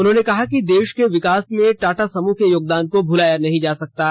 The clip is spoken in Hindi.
उन्होंने कहा कि देश के विकास में टाटा समूह के योगदान को भूलाया नहीं जा सकता है